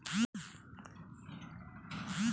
সব গুলো টাকার ব্যাপারে কাজ করা হয়